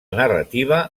narrativa